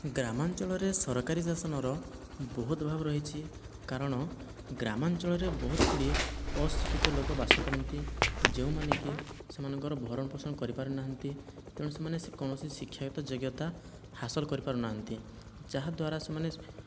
ଗ୍ରାମାଞ୍ଚଳରେ ସରକାରୀ ଶାସନର ବହୁତ ଅଭାବ ରହିଛି କାରଣ ଗ୍ରାମାଞ୍ଚଳରେ ବହୁତଗୁଡ଼ିଏ ଅଶିକ୍ଷିତ ଲୋକ ବାସ କରନ୍ତି ଯେଉଁମାନେକି ସେମାନଙ୍କର ଭରଣପୋଷଣ କରିପାରିନାହାନ୍ତି ତେଣୁ ସେମାନେ ସେ କୌଣସି ଶିକ୍ଷାଗତ ଯୋଗ୍ୟତା ହାସଲ କରିପାରିନାହାନ୍ତି ଯାହା ଦ୍ୱାରା ସେମାନେ